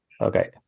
okay